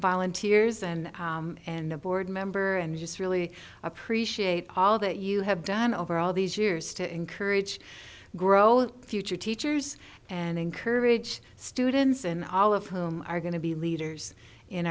volunteers and and a board member and just really appreciate all that you have done over all these years to encourage growth future teachers and encourage students and all of whom are going to be leaders in